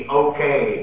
okay